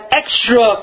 extra